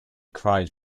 cried